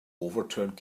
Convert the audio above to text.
overturned